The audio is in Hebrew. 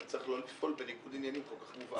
אתה צריך לא לפעול בניגוד עניינים כל כך מובהק.